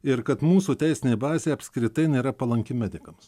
ir kad mūsų teisinė bazė apskritai nėra palanki medikams